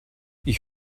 ich